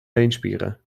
beenspieren